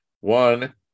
One